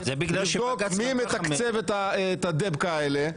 לבדוק מי מתקצב את הדבקה האלה,